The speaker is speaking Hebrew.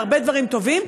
בהרבה דברים טובים,